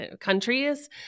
countries